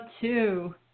two